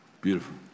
Beautiful